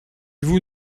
vous